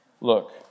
Look